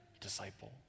disciple